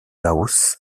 laos